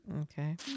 Okay